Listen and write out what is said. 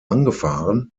angefahren